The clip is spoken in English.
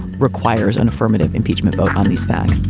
requires an affirmative impeachment vote on these facts